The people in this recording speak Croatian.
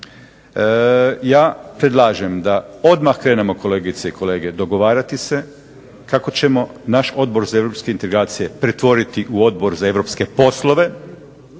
Ja predlažem da odmah krenemo kolegice i kolege dogovarati se kako ćemo naš Odbor za europske integracije pretvoriti u Odbor za europske poslove,